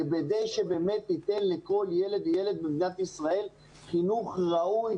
כדי שבאמת ניתן לכל ילד במדינת ישראל חינוך ראוי,